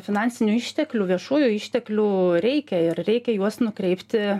finansinių išteklių viešųjų išteklių reikia ir reikia juos nukreipti